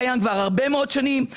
כבר הרבה מאוד שנים.